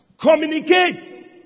communicate